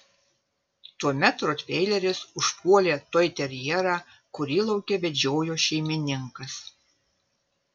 tuomet rotveileris užpuolė toiterjerą kurį lauke vedžiojo šeimininkas